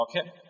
Okay